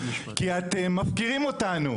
כי אתם מפקירים אותנו.